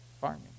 farming